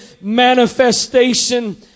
manifestation